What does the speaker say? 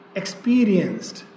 experienced